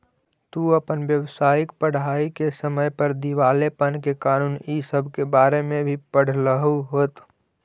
तू अपन व्यावसायिक पढ़ाई के समय पर दिवालेपन के कानून इ सब के बारे में भी पढ़लहू होत